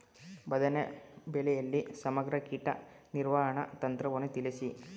ಬದನೆ ಬೆಳೆಯಲ್ಲಿ ಸಮಗ್ರ ಕೀಟ ನಿರ್ವಹಣಾ ತಂತ್ರವನ್ನು ತಿಳಿಸಿ?